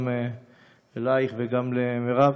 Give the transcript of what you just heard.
גם לך וגם למרב,